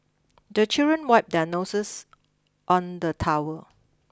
the children wipe their noses on the towel